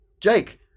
Jake